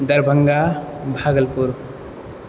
Darbhanga Bhagalpur